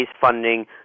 funding